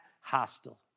hostile